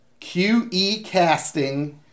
QECasting